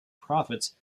profits